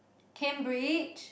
Cambridge